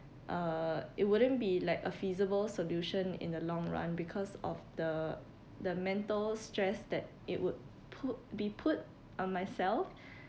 uh it wouldn't be like a feasible solution in the long run because of the the mental stress that it would put be put on myself